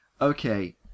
Okay